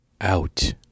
Out